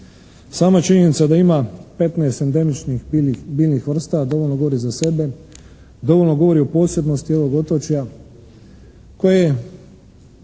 Sama činjenica da ima 15 endemičnih biljnih vrsta dovoljno govori za sebe, dovoljno govori o posebnosti ovog otočja koje na